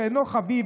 שאינו חביב,